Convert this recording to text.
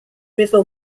river